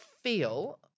feel